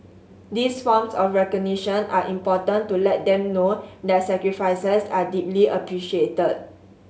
these forms of recognition are important to let them know their sacrifices are deeply appreciated